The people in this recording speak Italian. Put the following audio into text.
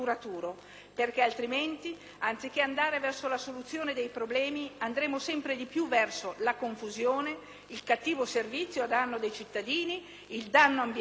altrimenti, anziché andare verso la soluzione dei problemi, andremo sempre di più verso la confusione, il cattivo servizio a danno dei cittadini, il danno ambientale,